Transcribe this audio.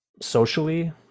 socially